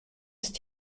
ist